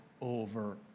over